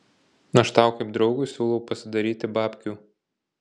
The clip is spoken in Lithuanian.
aš tau kaip draugui siūlau pasidaryti babkių